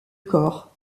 corps